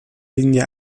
linie